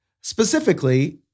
Specifically